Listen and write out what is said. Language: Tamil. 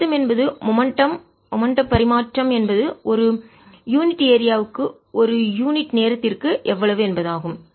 அழுத்தம் என்பது மொமெண்ட்டம் வேகம் ஓட்டத்திற்கு பரிமாற்றம் என்பது ஒரு யூனிட் ஏரியா க்கு ஒரு யூனிட் நேரத்திற்குஎவ்வளவு என்பது ஆகும்